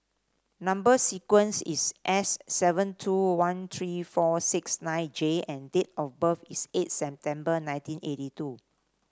number sequence is S seven two one three four six nine J and date of birth is eight September nineteen eighty two